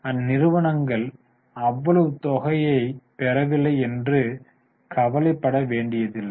எனவே அந்நிறுவனங்கள் அவ்வளவு தொகையைப் பெறவில்லை என்று கவலைப்பட வேண்டியதில்லை